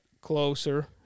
closer